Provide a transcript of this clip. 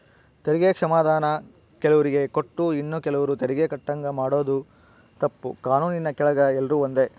ತೆರಿಗೆ ಕ್ಷಮಾಧಾನಾನ ಕೆಲುವ್ರಿಗೆ ಕೊಟ್ಟು ಇನ್ನ ಕೆಲುವ್ರು ತೆರಿಗೆ ಕಟ್ಟಂಗ ಮಾಡಾದು ತಪ್ಪು, ಕಾನೂನಿನ್ ಕೆಳಗ ಎಲ್ರೂ ಒಂದೇ